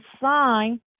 sign